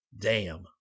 Damn